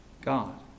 God